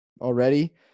already